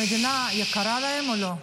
המדינה יקרה להם או לא?